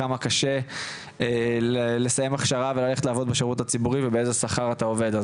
כמה קשה לסיים הכשרה וללכת לעבוד בשירות הציבורי ובאיזה שכר אתה עובד,